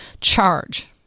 charge